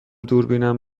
دوربینم